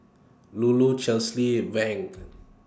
Lulu Chesley and Vaughn